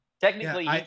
technically